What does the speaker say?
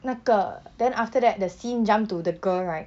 那个 then after that the scene jump to the girl right